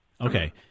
Okay